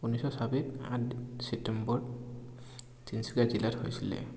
ঊনৈছশ ছাব্বিছ আঠ ছেপ্টেম্বৰ তিনিচুকীয়া জিলাত হৈছিলে